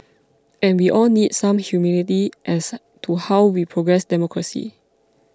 and we all need some humility as to how we progress democracy